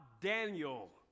Daniel